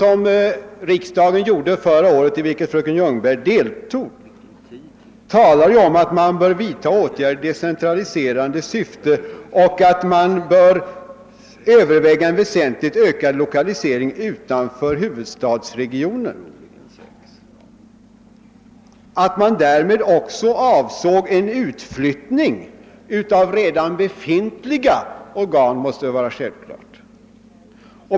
I riksdagens uttalande förra året, till vilket fröken Ljungberg anslöt sig, talas det ju om att man bör vidta åtgärder i decentraliserande syfte och att man bör överväga en väsentligt ökad lokalisering utanför huvudstadsregionen. Att man därvid också avsåg en utflyttning av redan befintliga organ måste väl anses självklart.